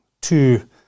two